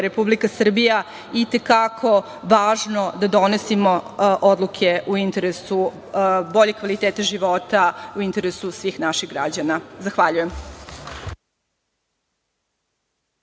Republika Srbija i te kako važno da donosimo odluke u interesu boljeg kvaliteta života, u interesu svih naših građana. Zahvaljujem.